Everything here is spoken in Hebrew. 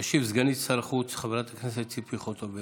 תשיב סגנית שר החוץ חברת הכנסת ציפי חוטובלי.